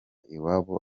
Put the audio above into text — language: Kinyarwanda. iwabo